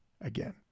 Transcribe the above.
again